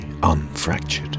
unfractured